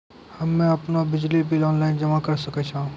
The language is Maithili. हम्मे आपनौ बिजली बिल ऑनलाइन जमा करै सकै छौ?